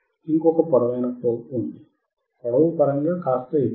ఇంకొక పొడవైన ప్రోబ్ ఉంది పొడవు పరంగా కాస్త ఎక్కువ